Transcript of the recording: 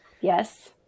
yes